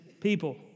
people